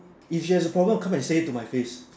if she has a problem come and say it to my face